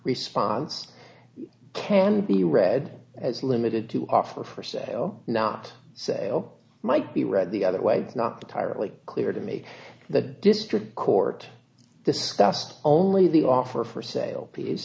response can be read as limited to offer for sale not say zero might be read the other way not tiredly clear to me the district court discussed only the offer for sale p